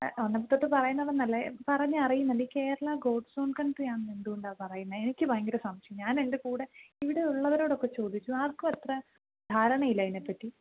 വന്നപ്പോൾ തൊട്ട് പറയുന്നുണ്ടെന്നല്ല പറഞ്ഞ് അറിയുന്നുണ്ട് ഈ കേരള ഗോഡ്സ് ഓൺ കൺട്രി ആണെന്ന് എന്തുകൊണ്ടാണ് പറയുന്നത് എനിക്ക് ഭയങ്കര സംശയം ഞാൻ എൻറെ കൂടെ ഇവിടെ ഉള്ളവരോടൊക്കെ ചോദിച്ചു ആർക്കും അത്ര ധാരണയില്ല അതിനെ പറ്റി